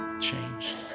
changed